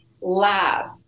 lab